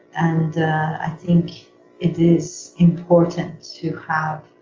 and i think it is important to have